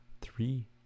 three